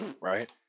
right